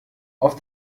auf